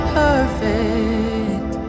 perfect